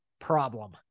problem